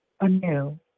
anew